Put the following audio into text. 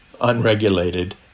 unregulated